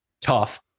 tough